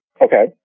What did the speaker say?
Okay